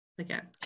Again